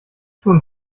tun